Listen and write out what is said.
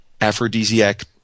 aphrodisiac